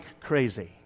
crazy